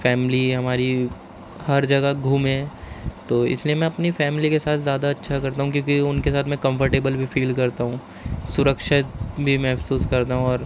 family ہماری ہر جگہ گھومے تو اس لیے میں اپنی فیملی کے ساتھ زیادہ اچھا کرتا ہوں کیونکہ ان کے ساتھ میں کمفرٹیبل بھی فیل کرتا ہوں سرکچھت بھی محسوس کرتا ہوں اور